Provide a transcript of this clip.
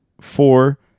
four